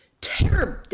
terrible